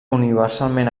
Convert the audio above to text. universalment